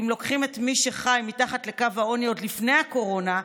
אם לוקחים את מי שחי מתחת לקו העוני עוד לפני הקורונה,